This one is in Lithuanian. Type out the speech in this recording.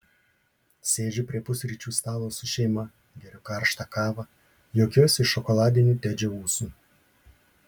sėdžiu prie pusryčių stalo su šeima geriu karštą kavą juokiuosi iš šokoladinių tedžio ūsų